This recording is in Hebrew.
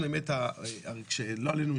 לא עליינו,